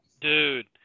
Dude